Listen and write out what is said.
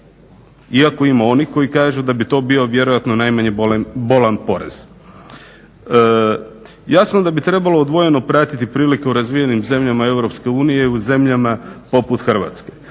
Iako ima onih koji kažu da bi to bio vjerojatno najmanje bolan porez. Jasno da bi trebalo odvojeno pratiti prilike u razvijenim zemljama Europske unije i u zemljama poput Hrvatske.